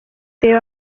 reba